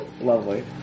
Lovely